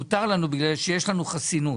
מותר לנו בגלל שיש לנו חסינות.